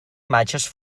imatges